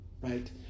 right